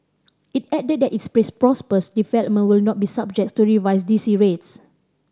it added that its development will not be subject to revised D C rates